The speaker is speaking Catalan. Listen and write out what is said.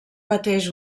pateix